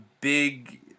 big